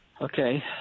Okay